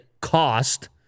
cost